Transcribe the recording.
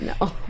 no